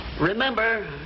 Remember